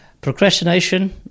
procrastination